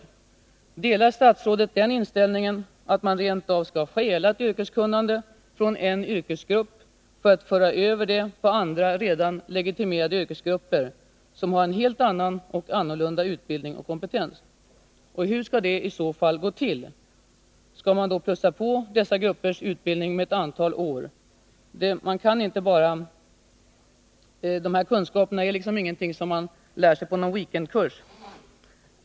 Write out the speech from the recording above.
Delar statsrådet inställningen, att man rent av skall ”stjäla” ett yrkeskunnande från en yrkesgrupp för att föra över det på andra redan legitimerade yrkesgrupper som har en helt annan och annorlunda utbildning och kompetens? Hur skall det i så fall gå till? Skall man då plussa på dessa gruppers utbildning med ett antal år? De här kunskaperna är ingenting man lär sig på någon weekendkurs.